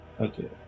Okay